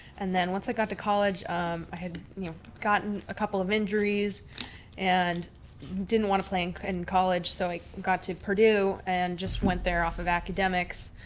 and then once i got to college i had gotten a couple of injuries and didn't want to play in and and college. so i got to purdue and just went there off of academics,